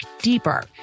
deeper